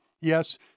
Yes